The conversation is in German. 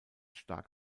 stark